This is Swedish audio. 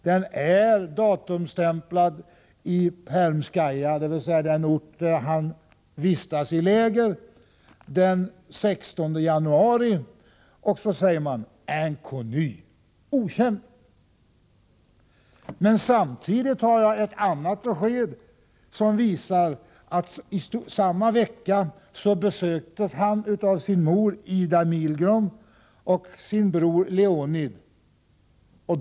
Den är datumstämplad den 16 januari i Permskaya, dvs. på den ort där han vistas i läger. På paketet står Inconnu — okänd. Men samtidigt har man ett annat besked, som visar att i samma vecka besöktes han av sin mor, Ida Milgrom, och sin bror, Leonid.